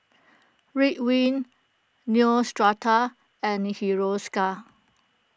Ridwind Neostrata and Hiruscar